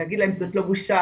ולהגיד להם 'זאת לא בושה,